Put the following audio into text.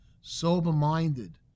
sober-minded